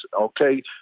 okay